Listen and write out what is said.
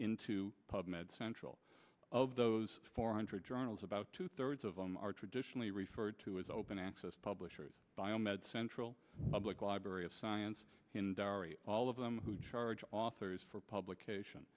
into pub med central of those four hundred journals about two thirds of them are traditionally referred to as open access publishers biomed central public library of science all of them who charge authors for publication